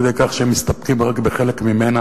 עד כדי כך שמסתפקים רק בחלק ממנה,